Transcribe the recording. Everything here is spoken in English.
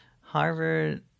Harvard